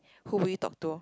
who will you talk to